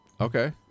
Okay